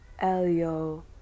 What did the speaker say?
Elio